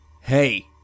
Hey